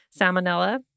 Salmonella